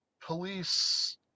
police